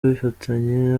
bafitanye